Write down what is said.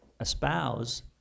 espouse